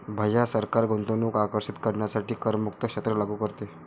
भैया सरकार गुंतवणूक आकर्षित करण्यासाठी करमुक्त क्षेत्र लागू करते